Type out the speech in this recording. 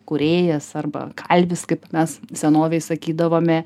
kūrėjas arba kalvis kaip mes senovėj sakydavome